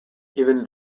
even